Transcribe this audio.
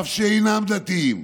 אף שאינם דתיים,